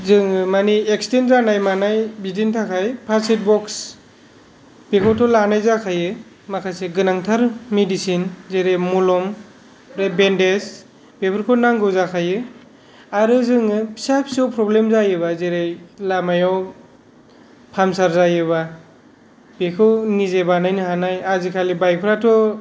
जोङो मानि एक्सटेन्ट जानाय मानाय बिदिनि थाखाय फार्स्ट ऐड बक्स बेखौथ' लानाय जाखायो माखासे गोनांथार मेडिसिन जेरै मलम बे बेन्डेज बेफोरखौ नांगौ जाखायो आरो जोङो फिसा फिसौ प्रब्लेम फोर जायोबा जेरै लामायाव फामसार जायोबा बेखौ निजे बानायनो हानाय आजिखालि बाइक फ्राथ'